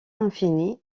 infini